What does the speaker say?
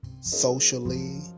socially